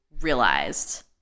realized